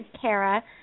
Kara